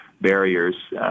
barriers